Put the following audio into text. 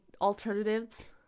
alternatives